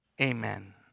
Amen